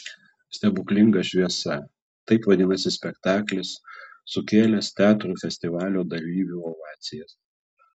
stebuklinga šviesa taip vadinasi spektaklis sukėlęs teatrų festivalio dalyvių ovacijas